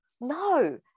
No